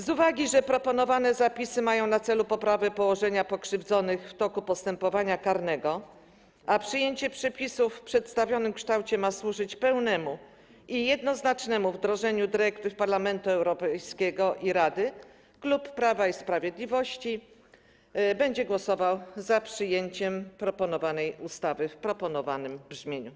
Z uwagi na to, że proponowane zapisy mają na celu poprawę położenia pokrzywdzonych w toku postępowania karnego, a przyjęcie przepisów w przedstawionym kształcie ma służyć pełnemu i jednoznacznemu wdrożeniu dyrektyw Parlamentu Europejskiego i Rady, klub Prawa i Sprawiedliwości będzie głosował za przyjęciem projektowanej ustawy w proponowanym brzmieniu.